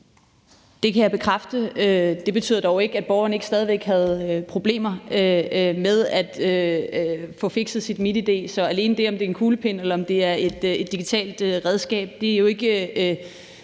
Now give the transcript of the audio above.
Det kan jeg bekræfte. Det betyder dog ikke, at borgeren ikke stadig væk havde problemer med at få fikset sit MitID. Så alene det, om det er en kuglepen, eller om det er et digitalt redskab, er ikke